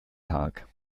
tag